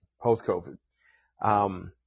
post-COVID